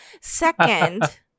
Second